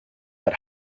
but